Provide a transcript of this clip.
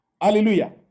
Hallelujah